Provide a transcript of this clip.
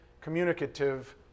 communicative